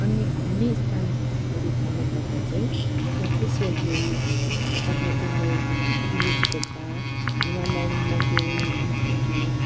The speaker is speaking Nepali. अनि घुम्ने स्थानहरू भन्नु पर्दा चाहिँ Batasia loop Padmaja Naidu zoological park Himalayan mountaineering institute